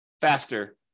faster